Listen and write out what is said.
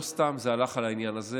לא סתם זה הלך על העניין הזה.